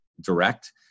direct